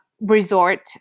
resort